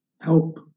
help